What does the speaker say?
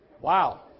Wow